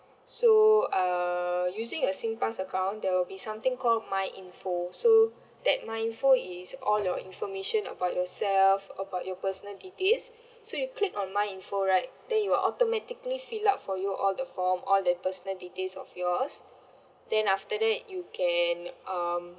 so uh using a singpass account there will be something called myinfo so that myinfo is all your information about yourself about your personal details so you click on my info right then it'll automatically fill up for you all the form all the personal details of yours then after that you can um